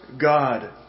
God